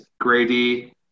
Grady